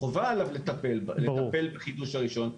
חובה עליו לטפל בחידוש הרישיון.